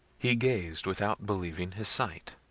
he gazed without believing his sight.